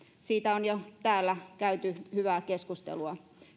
siitä on jo täällä käyty hyvää keskustelua